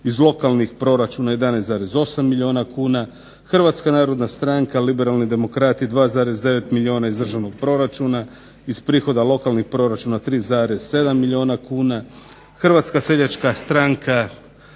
iz lokalnih proračuna 11,8 milijuna kuna, Hrvatska narodna stranka liberalni demokrati 2,9 milijuna iz državnog proračuna, iz prihoda lokalnih proračuna 3,7 milijuna kuna, Hrvatska seljačka stranka